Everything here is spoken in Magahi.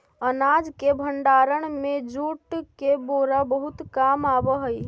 अनाज के भण्डारण में जूट के बोरा बहुत काम आवऽ हइ